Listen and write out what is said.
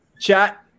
chat